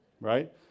Right